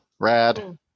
Rad